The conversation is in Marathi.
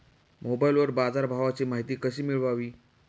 मोबाइलवर बाजारभावाची माहिती कशी मिळवावी?